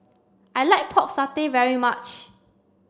I like pork satay very much